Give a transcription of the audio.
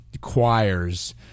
choirs